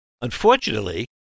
Unfortunately